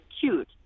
cute